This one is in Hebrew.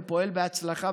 ופועל בהצלחה,